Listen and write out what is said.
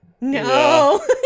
no